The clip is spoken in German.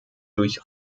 durch